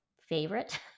favorite